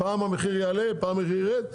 פעם המחיר יעלה פעם ירד,